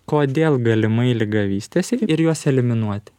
kodėl galimai liga vystėsi ir juos eliminuoti